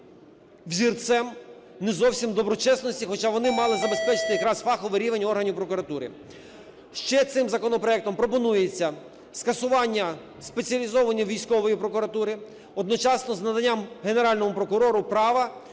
взірцем не зовсім доброчесності. Хоча вони мали забезпечити якраз фаховий рівень органів прокуратури. Ще цим законопроектом пропонується скасування Спеціалізованої військової прокуратури, одночасно з наданням Генеральному прокурору права